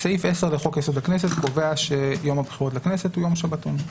סעיף 10 לחוק יסוד הכנסת קובע שיום הבחירות לכנסת הוא יום שבתון.